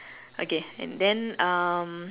okay and then um